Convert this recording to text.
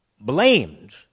blamed